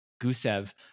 Gusev